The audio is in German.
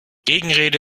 gegenrede